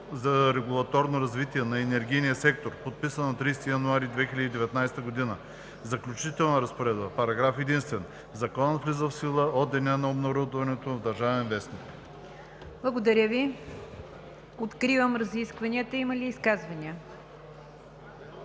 за регулаторно развитие на енергийния сектор, подписано на 30 януари 2019 г. Заключителна разпоредба Параграф единствен. Законът влиза в сила от деня на обнародването му в „Държавен вестник“.“ ПРЕДСЕДАТЕЛ НИГЯР ДЖАФЕР: Откривам разискванията. Има ли изказвания?